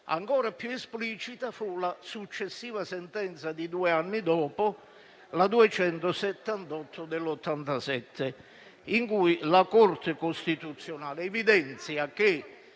Ancora più esplicita fu la successiva sentenza di due anni dopo, la n. 278 del 1987, in cui la Corte costituzionale evidenzia che